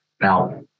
Now